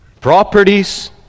Properties